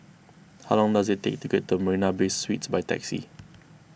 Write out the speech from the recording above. how long does it take to get to Marina Bay Suites by taxi